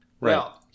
Right